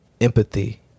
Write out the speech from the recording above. Empathy